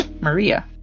maria